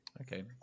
Okay